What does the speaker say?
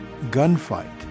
gunfight